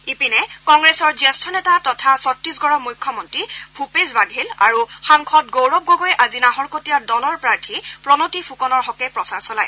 ইপিনে কংগ্ৰেছৰ জ্যেষ্ঠ নেতা তথা ছত্তিশগড়ৰ মুখ্যমন্ত্ৰী ভূপেশ ৱাঘেল আৰু সাংসদ গৌৰৱ গগৈয়ে আজি নাহৰকটীয়াত দলৰ প্ৰাৰ্থী প্ৰণতি ফুকনৰ হকে প্ৰচাৰ চলায়